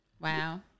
wow